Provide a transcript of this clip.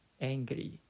angry